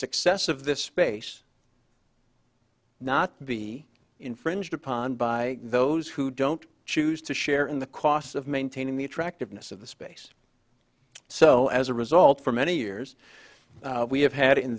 success of this space not be infringed upon by those who don't choose to share in the cost of maintaining the attractiveness of the space so as a result for many years we have had in